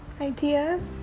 ideas